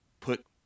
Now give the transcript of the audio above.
put